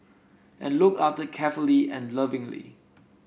and looked after carefully and lovingly